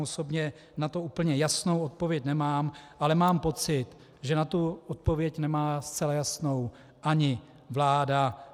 Osobně na to úplně jasnou odpověď nemám, ale mám pocit, že na odpověď nemá zcela jasno ani vláda.